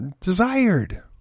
desired